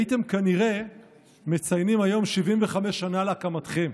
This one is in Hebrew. הייתם כנראה מציינים היום 75 שנה להקמתכם.